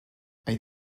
think